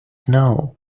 know